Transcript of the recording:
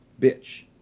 bitch